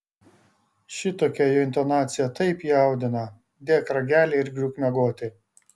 šitokia jo intonacija taip jaudina dėk ragelį ir griūk miegoti